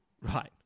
Right